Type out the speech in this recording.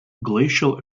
glacial